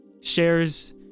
Shares